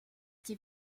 qu’il